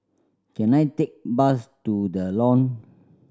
can I take bus to The Lawn